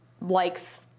likes